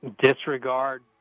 disregard